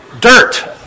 dirt